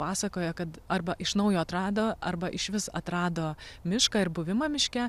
pasakoja kad arba iš naujo atrado arba išvis atrado mišką ir buvimą miške